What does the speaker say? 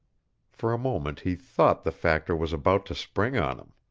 for a moment he thought the factor was about to spring on him.